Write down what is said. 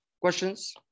Questions